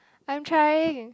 I'm trying